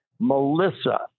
Melissa